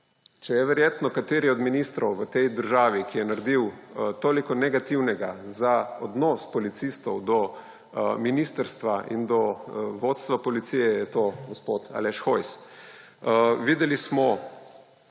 Če je verjetno kateri od ministrov v tej državi, ki je naredil toliko negativnega za odnos policistov do ministrstva in do vodstva policije, je to gospod Aleš Hojs. Videli smo